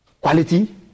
Quality